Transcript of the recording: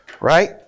Right